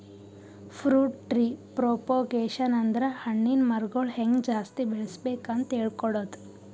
fruit tree propagation ಅಂದ್ರ ಹಣ್ಣಿನ್ ಮರಗೊಳ್ ಹೆಂಗ್ ಜಾಸ್ತಿ ಬೆಳಸ್ಬೇಕ್ ಅಂತ್ ಹೇಳ್ಕೊಡದು